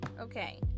Okay